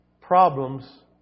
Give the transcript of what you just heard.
problems